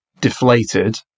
deflated